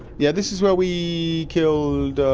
yeah, this is where we killed,